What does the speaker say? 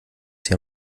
sie